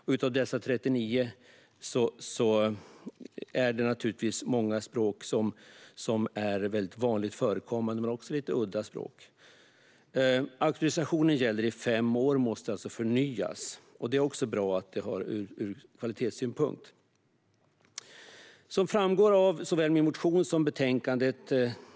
Många av de 39 språken är naturligtvis vanligt förekommande, men det finns också lite udda språk. Auktorisationen gäller i fem år. Sedan måste den förnyas. Det är bra ur kvalitetssynpunkt. Problemet framgår av såväl min motion som betänkandet.